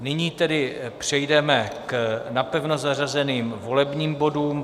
Nyní tedy přejdeme k napevno zařazeným volebním bodům.